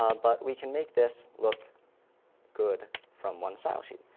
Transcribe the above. um but we can make this look good from one style sheet.